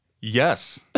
Yes